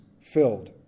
filled